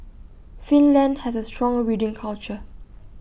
Finland has A strong reading culture